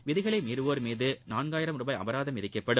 விதிகளை மீறுவோர் மீது நான்காயிரம் ருபாய் அபராதம் விதிக்கப்படும்